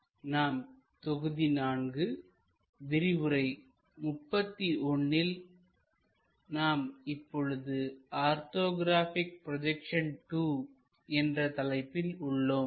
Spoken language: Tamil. நாம் தொகுதி 4 விரிவுரை 31 ல் நாம் இப்போது ஆர்த்தோகிராபிக் ப்ரோஜெக்சன் II என்ற தலைப்பில் உள்ளோம்